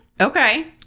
Okay